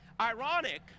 Ironic